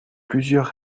plusieurs